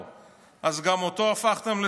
יוג'ין קנדל,